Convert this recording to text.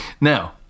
now